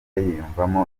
yiyumvamo